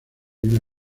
una